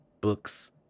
books